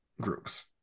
groups